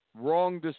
wrong